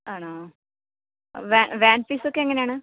ആണോ van van ഫീസൊക്കെ എങ്ങനെയാണ്